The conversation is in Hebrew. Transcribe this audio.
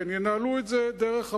כן, ינהלו את זה דרך הפלזמות.